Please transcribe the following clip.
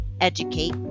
educate